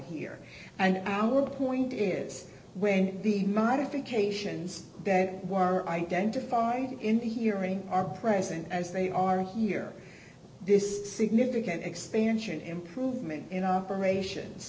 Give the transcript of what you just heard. here and our point is when the modifications that were identified in the hearing are present as they are here this significant expansion improvement in operations